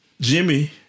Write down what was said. Jimmy